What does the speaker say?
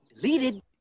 deleted